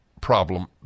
problem